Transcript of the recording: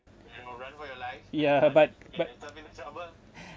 ya but but